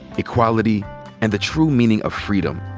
equality and the true meaning of freedom.